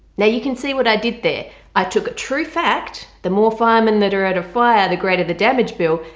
now you can see what i did there i took a true fact the more firemen that are at a fire the greater the damage bill.